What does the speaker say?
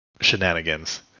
shenanigans